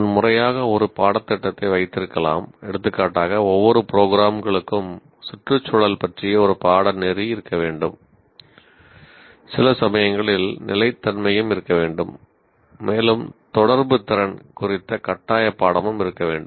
நான் முறையாக ஒரு பாடத்திட்டத்தை வைத்திருக்கலாம் எடுத்துக்காட்டாக ஒவ்வொரு ப்ரோக்ராம்களுக்கும் சுற்றுச்சூழல் பற்றிய ஒரு பாடநெறி இருக்க வேண்டும் சில சமயங்களில் நிலைத்தன்மையும் இருக்க வேண்டும் மேலும் தொடர்பு திறன் குறித்த கட்டாய பாடமும் இருக்க வேண்டும்